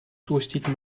touristique